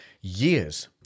Years